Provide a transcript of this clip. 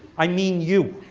i mean you.